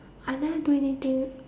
I never do anything